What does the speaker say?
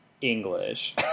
english